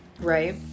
Right